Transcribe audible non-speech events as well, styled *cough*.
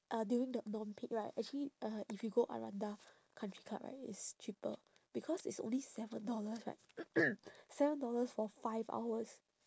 uh during the non peak right actually uh if you go aranda country club right it's cheaper because it's only seven dollars right *noise* seven dollars for five hours